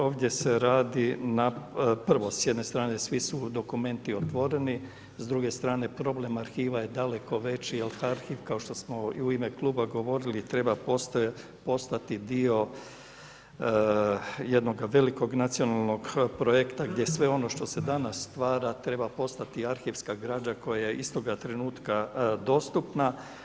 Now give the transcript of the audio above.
Ovdje se radi prvo, s jedne strane svi su dokumenti otvoreni, s druge strane problem arhiva je daleko veći jer arhiv kao što smo i u ime kluba govorili treba postati dio jednog velikog nacionalnog projekta gdje sve ono što se danas stvara, treba postati arhivska građa koja je istoga trenutka dostupna.